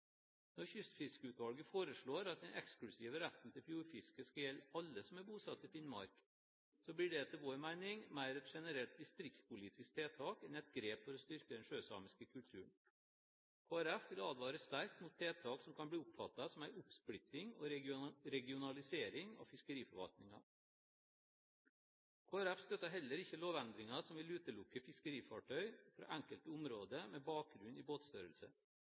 Når Kystfiskeutvalget foreslår at den eksklusive retten til fjordfiske skal gjelde alle som er bosatt i Finnmark, blir dette etter vår mening mer et generelt distriktspolitisk tiltak enn et grep for å styrke den sjøsamiske kulturen. Kristelig Folkeparti vil advare sterkt mot tiltak som kan bli oppfattet som en oppsplitting og regionalisering av fiskeriforvaltningen. Kristelig Folkeparti støtter heller ikke lovendringen som vil utelukke fiskefartøyer fra enkelte områder med bakgrunn i båtstørrelse.